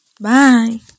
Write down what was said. bye